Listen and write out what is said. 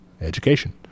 education